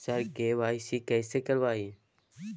sir KYC कैसे करवाएं